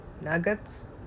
nuggets